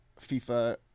FIFA